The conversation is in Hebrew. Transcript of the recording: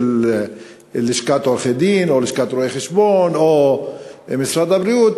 של לשכת עורכי-הדין או לשכת רואי-חשבון או משרד הבריאות,